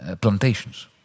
plantations